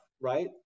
right